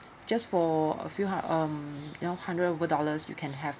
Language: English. just for a few um you know hundred over dollars you can have